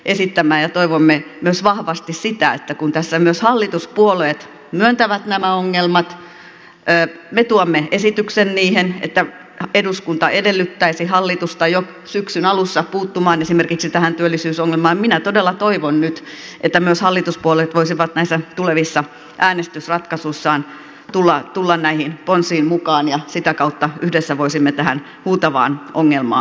ja toivon todella nyt sitä että kun tässä myös hallituspuolueet myöntävät nämä ongelmat ja kun me tuomme esityksen että eduskunta edellyttäisi hallitusta jo syksyn alussa puuttumaan esimerkiksi tähän työllisyysongelmaan niin myös hallituspuolueet voisivat näissä tulevissa äänestysratkaisuissaan tulla näihin ponsiin mukaan ja sitä kautta yhdessä voisimme tähän huutavaan ongelmaan puuttua